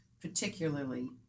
particularly